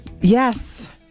yes